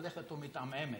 הולכת ומתעמעמת,